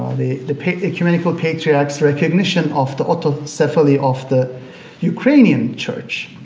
the the ecumenical patriarch's recognition of the autocephaly of the ukrainian church,